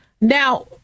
Now